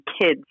kids